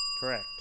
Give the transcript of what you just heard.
Correct